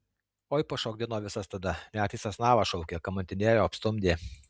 oi pašokdino visas tada net į sasnavą šaukė kamantinėjo apstumdė